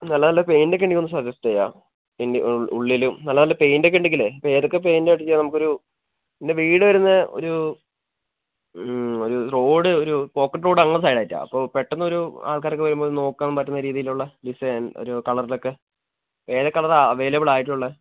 നല്ല നല്ല പെയിൻ്റൊക്കെ ഉണ്ടെങ്കിൽ ഒന്ന് സജസ്റ്റ് ചെയ്യാം ഇതിൻ്റെ ഉള്ളിൽ നല്ല നല്ല പെയിൻ്റൊക്കെ ഉണ്ടെങ്കിലേ അപ്പോൾ ഏതൊക്കെ പെയിൻ്റടിച്ചാൽ നമുക്കൊരു പിന്നെ വീട് വരുന്നത് ഒരു ഒരു റോഡ് ഒരു പോക്കറ്റ് റോഡ് അങ്ങോട്ട് സൈഡായിട്ടാണ് അപ്പോൾ പെട്ടെന്നൊരു ആൾക്കാരൊക്കെ വരുമ്പോൾ ഒരു നോക്കാൻ പറ്റുന്ന രീതിയിലുള്ള ഡിസൈൻ ഒരു കളറിലൊക്കെ ഏതൊക്കെ കളറാണ് അവൈലബിളായിട്ടുള്ളത്